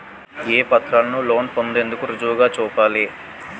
ఏ పత్రాలను లోన్ పొందేందుకు రుజువుగా చూపాలి?